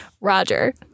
Roger